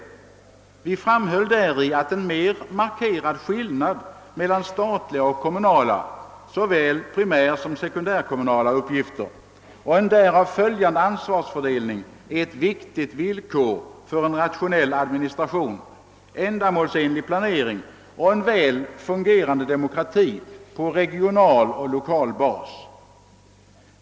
Vi framhöll däri att en mer markerad skillnad mellan statliga och kommunala, såväl primärsom sekundärkommunala, uppgifter och en därav följande ansvarsfördelning är ett viktigt villkor för en rationell administration, ändmålsenlig planering och en väl fungerande demokrati på regional och lokal bas.